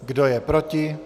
Kdo je proti?